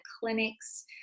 clinics